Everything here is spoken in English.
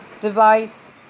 device